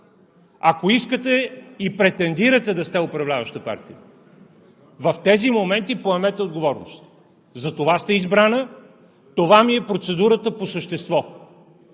Ако искате и претендирате да сте управляваща партия, в тези моменти поемете отговорност. Затова сте избрана! Това ми е процедурата по същество.